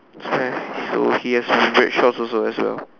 it's fair so he has is red shorts also as well